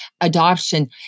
adoption